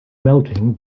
melting